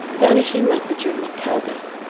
vanishing like the german taubes,